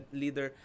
leader